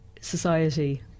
society